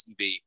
TV